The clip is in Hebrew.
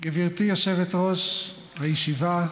גברתי יושבת-ראש הישיבה,